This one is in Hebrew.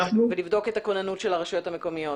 בבדיקת הכוננות של הרשויות המקומיות.